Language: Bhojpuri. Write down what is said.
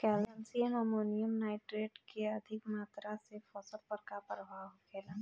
कैल्शियम अमोनियम नाइट्रेट के अधिक मात्रा से फसल पर का प्रभाव होखेला?